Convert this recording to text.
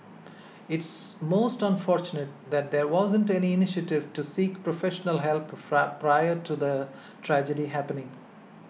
it's most unfortunate that there wasn't any initiative to seek professional help prior to the tragedy happening